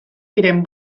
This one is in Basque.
diren